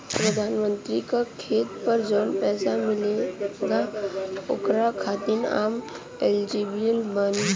प्रधानमंत्री का खेत पर जवन पैसा मिलेगा ओकरा खातिन आम एलिजिबल बानी?